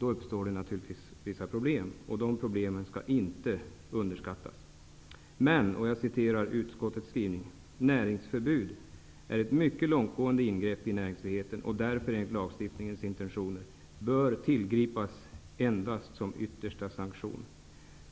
uppstår det naturligtvis vissa problem, och de problemen skall inte underskattas. Men i utskottets skrivning heter det att ''näringsförbud är ett mycket långtgående ingrepp i näringsfriheten och därför -- enligt lagstiftningens intentioner -- bör tillgripas endast som yttersta sanktion.''